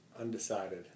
Undecided